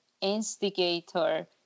instigator